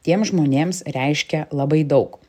tiem žmonėms reiškia labai daug